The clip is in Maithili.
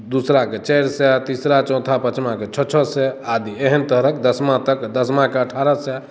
दुसराकेँ चारि सए तीसरा चौथा पाँचमाकेँ छओ छओ सए आदि एहेन तरहक दसमा तक दसमाकेँ अठारह सए